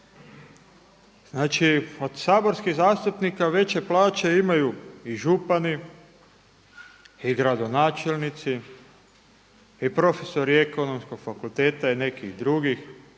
Znači od saborskih zastupnika veće plaće imaju i župani i gradonačelnici i profesori Ekonomskog fakulteta i nekih drugih